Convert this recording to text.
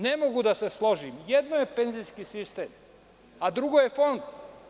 Ne mogu da se složim, jedno je penzijski sistem, a drugo je fond.